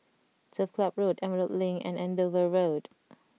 Turf Club Road Emerald Link and Andover Road